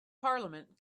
parliament